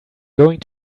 going